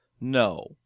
no